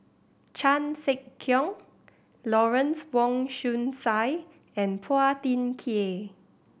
Chan Sek Keong Lawrence Wong Shyun Tsai and Phua Thin Kiay